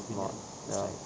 it's not ya